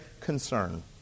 concern